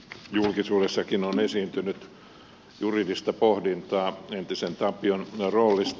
julkisuudessakin on esiintynyt juridista pohdintaa entisen tapion roolista